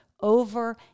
over